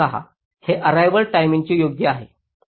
हे अर्रेवाल टाईमचे योग्य आहेत